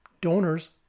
Donors